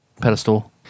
pedestal